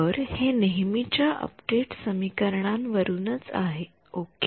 तर हे नेहमीच्या अपडेट समीकरणांवरूनच आहे ओके